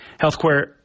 Healthcare